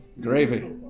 Gravy